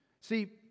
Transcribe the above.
See